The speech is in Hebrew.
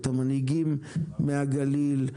את המנהיגים מהגליל,